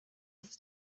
its